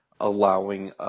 allowing